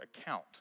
account